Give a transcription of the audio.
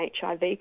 HIV